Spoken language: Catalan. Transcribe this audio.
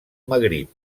magrib